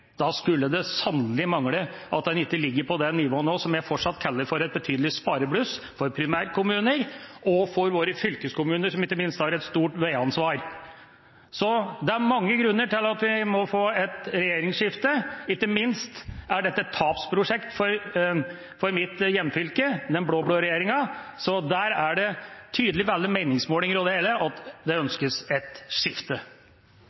Da skulle det sannelig bare mangle at en ikke ligger på det nivået – som jeg fortsatt kaller et betydelig sparebluss for primærkommuner og for våre fylkeskommuner, som ikke minst har et stort veiansvar. Det er mange grunner til at vi må få et regjeringsskifte. Ikke minst er den blå-blå regjeringa et tapsprosjekt for mitt hjemfylke. Det er tydelig på alle meningsmålinger og det hele at det